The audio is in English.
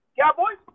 Cowboys